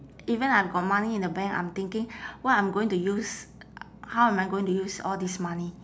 even I've got money in the bank I'm thinking what I'm going to use how am I going to use all this money